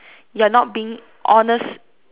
you're not being honest